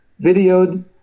videoed